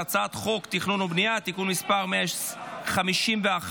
הצעת חוק התכנון והבנייה (תיקון מס' 151),